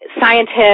scientists